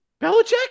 Belichick